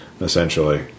essentially